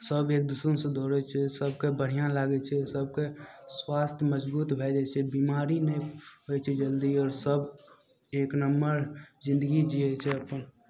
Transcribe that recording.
सब एक दूसरेसँ दौड़य छै सबके बढ़िआँ लागय छै सबके स्वास्थय मजबूत भए जाइ छै बीमारी नहि होइ छै जल्दी आओर सब एक नंबर जिंदगी जीयै छै अपन